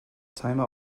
timer